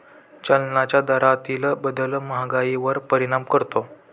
चलनाच्या दरातील बदल महागाईवर परिणाम करतो